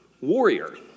warrior